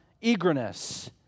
eagerness